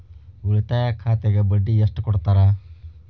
ಉಳಿತಾಯ ಖಾತೆಗೆ ಬಡ್ಡಿ ಎಷ್ಟು ಕೊಡ್ತಾರ?